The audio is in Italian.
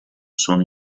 sono